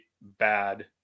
bad